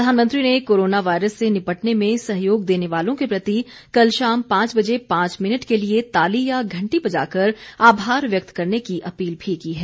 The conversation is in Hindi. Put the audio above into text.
प्रधानमंत्री ने कोरोना वायरस से निपटने में सहयोग देने वालों के प्रति कल शाम पांच बजे पांच मिनट के लिए ताली या घंटी बजाकर आभार व्यक्त करने की अपील भी की है